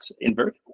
Invert